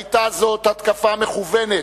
היתה זאת התקפה מכוונת,